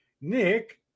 Nick